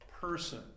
person